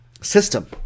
system